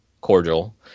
cordial